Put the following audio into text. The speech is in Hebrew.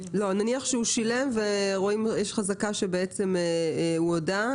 נניח שהוא שילם ויש חזקה שבעצם הוא הודה.